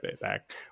back